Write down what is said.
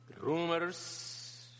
rumors